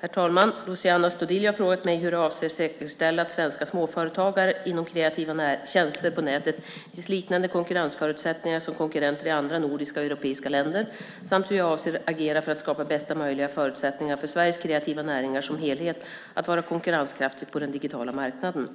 Herr talman! Luciano Astudillo har frågat mig hur jag avser att säkerställa att svenska småföretagare inom kreativa tjänster på nätet ges liknade konkurrensförutsättningar som konkurrenter i andra nordiska och europeiska länder samt hur jag avser att agera för att skapa bästa möjliga förutsättningar för Sveriges kreativa näringar som helhet att vara konkurrenskraftiga på den digitala marknaden.